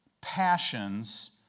passions